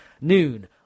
Noon